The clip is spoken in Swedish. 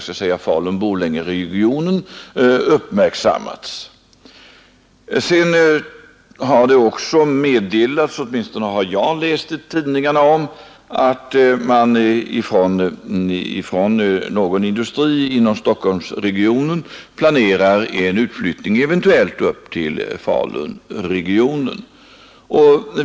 Det har också meddelats — åtminstone har jag läst om det i tidningarna — att man inom någon industri i Stockholmsregionen planerar en utflyttning, eventuellt upp till Faluregionen.